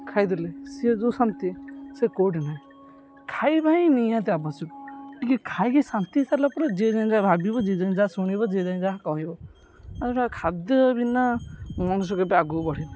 ଖାଇଦେଲେ ସେ ଯେଉଁ ଶାନ୍ତି ସେ କେଉଁଠି ନାହିଁ ଖାଇବା ହିଁ ନିହାତି ଆବଶ୍ୟକ ଟିକିଏ ଖାଇକି ଶାନ୍ତି ହୋଇସାରିଲା ପରେ ଯିଏ ଜାଇ ଯାହା ଭାବିବ ଯି ଜାଇି ଯାହା ଶୁଣିବ ଯିଏ ଜାଇ ଯାହା କହିବ ଆଉ ଏଇଟା ଖାଦ୍ୟ ବିନା ମଣିଷ କେବେ ଆଗକୁ ବଢ଼ିବ